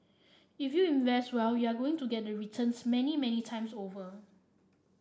if you invest well you're going to get the returns many many times over